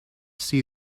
see